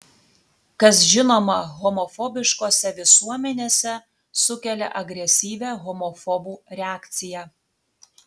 kas žinoma homofobiškose visuomenėse sukelia agresyvią homofobų reakciją